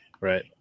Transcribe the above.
Right